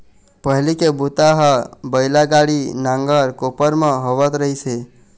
पहिली के बूता ह बइला गाड़ी, नांगर, कोपर म होवत रहिस हे